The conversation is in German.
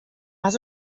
was